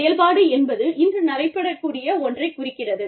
செயல்பாடு என்பது இன்று நடைபெறக் கூடிய ஒன்றைக் குறிக்கிறது